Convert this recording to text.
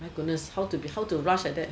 my goodness how to rush like that